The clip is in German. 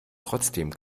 trotzdem